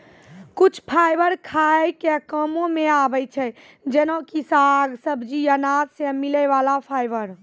कुछ फाइबर खाय के कामों मॅ आबै छै जेना कि साग, सब्जी, अनाज सॅ मिलै वाला फाइबर